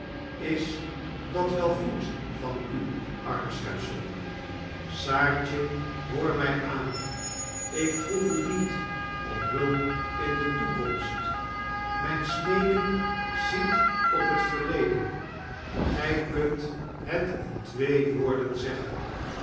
is dat wel goed van u armschepsel saartje hoor my aan ik vroeg u nietom hulp in de toekomst myn smeeken ziet op het verleden gij kunt het in twee woorden zeggen